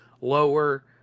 lower